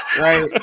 Right